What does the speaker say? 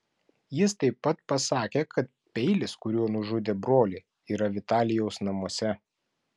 jis taip pat pasakė kad peilis kuriuo nužudė brolį yra vitalijaus namuose